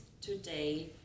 today